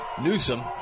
Newsom